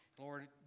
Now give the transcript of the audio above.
Lord